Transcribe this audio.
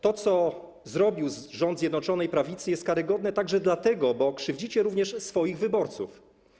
To, co zrobił rząd Zjednoczonej Prawicy, jest karygodne także dlatego, że krzywdzicie również swoich wyborców.